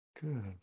Good